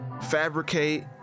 fabricate